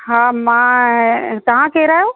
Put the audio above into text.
हा मां तव्हां केरु आहियो